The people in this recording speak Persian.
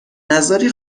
نذاری